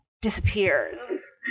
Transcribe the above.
disappears